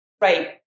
Right